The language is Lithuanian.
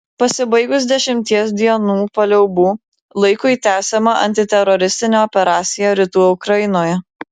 pasibaigus dešimties dienų paliaubų laikui tęsiama antiteroristinė operacija rytų ukrainoje